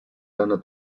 lana